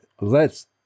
lets